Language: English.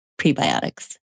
prebiotics